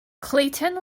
clayton